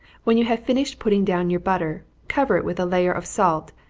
when you have finished putting down your butter, cover it with a layer of salt,